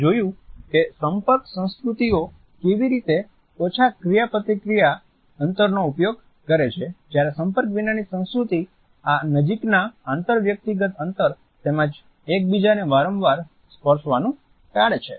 આપણે જોયું કે સંપર્ક સંસ્કૃતિઓ કેવી રીતે ઓછા ક્રિયાપ્રતિક્રિયા અંતરનો ઉપયોગ કરે છે જ્યારે સંપર્ક વિનાની સંસ્કૃતિ આ નજીકના આંતર વ્યક્તિગત અંતર તેમજ એકબીજાને વારંવાર સ્પર્શવાનું ટાળે છે